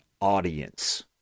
audience